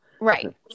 Right